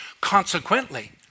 Consequently